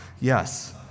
Yes